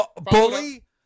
Bully